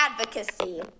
advocacy